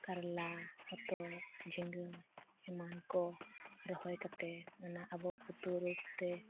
ᱠᱟᱨᱞᱟ ᱦᱚᱛᱚᱫ ᱡᱷᱤᱸᱜᱟᱹ ᱮᱢᱟᱱ ᱠᱚ ᱨᱚᱦᱚᱭ ᱠᱟᱛᱮᱫ ᱚᱱᱟ ᱟᱵᱚ ᱩᱛᱩ ᱨᱩᱯᱛᱮ